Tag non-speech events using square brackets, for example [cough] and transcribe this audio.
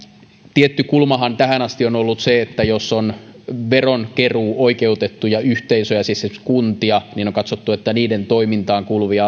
tietty kulmahan tähän asti on ollut se että jos on veronkeruuoikeutettuja yhteisöjä siis esimerkiksi kuntia niin on katsottu että niiden toimintaan kuuluviin [unintelligible]